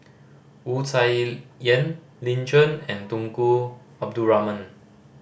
Wu Tsai Yen Lin Chen and Tunku Abdul Rahman